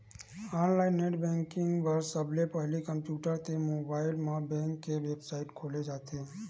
online net banking बर सबले पहिली कम्प्यूटर ते मोबाईल म बेंक के बेबसाइट खोले जाथे